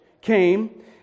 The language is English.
came